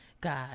God